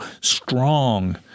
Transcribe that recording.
strong